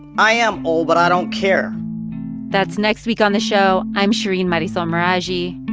i am old, but i don't care that's next week on the show. i'm shereen marisol meraji.